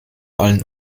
allen